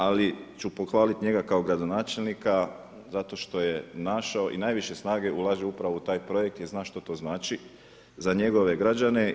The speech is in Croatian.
Ali ću pohvalit njega kao gradonačelnika zato jer je našao i najviše snage ulaže upravo u taj projekt jer zna što to znači za njegove građane.